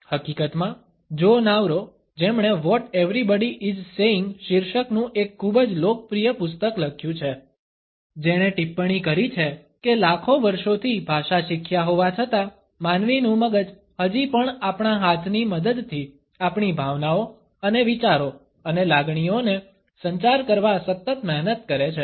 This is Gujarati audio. હકીકતમાં જો નાવરો જેમણે વોટ એવરીબડી ઇઝ સેઇન્ગ શીર્ષકનું એક ખૂબ જ લોકપ્રિય પુસ્તક લખ્યું છે જેણે ટિપ્પણી કરી છે કે લાખો વર્ષોથી ભાષા શીખ્યા હોવા છતાં માનવીનું મગજ હજી પણ આપણા હાથની મદદથી આપણી ભાવનાઓ અને વિચારો અને લાગણીઓને સંચાર કરવા સતત મહેનત કરે છે